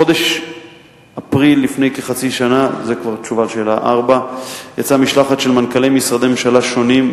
4. בחודש אפריל לפני כחצי שנה יצאה משלחת של מנכ"לי משרדי ממשלה שונים,